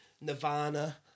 Nirvana